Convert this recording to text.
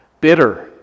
Bitter